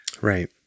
Right